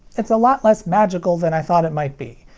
it's a lot less magical than i thought it might be.